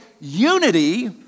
unity